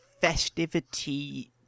festivity